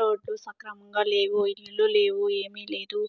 రోడ్లు సక్రమంగా లేవు ఇళ్ళు లేవు ఏమి లేదు